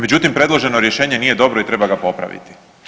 Međutim, predloženo rješenje nije dobro i treba ga popraviti.